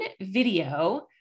video